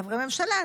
כחברי ממשלה,